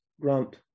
Grant